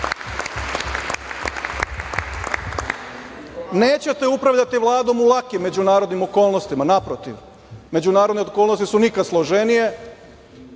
Vlada. Nećete upravljati Vladom u lakim međunarodnim okolnostima, naprotiv. Međunarodne okolnosti su nikada složenije